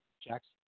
Jackson